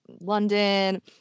London